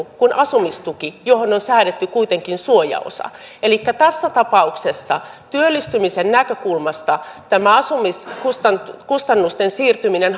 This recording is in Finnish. kuin asumistuki johon on säädetty kuitenkin suojaosa elikkä tässä tapauksessa työllistymisen näkökulmasta tämä asumiskustannusten siirtyminen